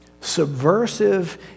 subversive